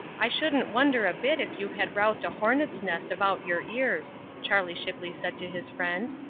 i shouldn't wonder a bit if you had roused a hornet's nest about your ears, charlie shipley said to his friend.